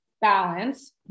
balance